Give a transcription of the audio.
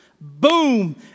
boom